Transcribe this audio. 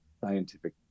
scientific